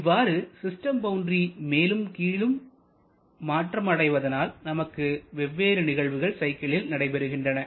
இவ்வாறு system boundary மேலும் கீழும் மாற்றம் அடைவதனால் நமக்கு வெவ்வேறு நிகழ்வுகள் சைக்கிளில் நடைபெறுகின்றன